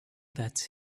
that